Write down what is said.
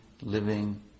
living